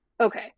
Okay